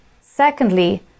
Secondly